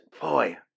boy